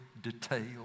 detail